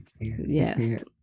Yes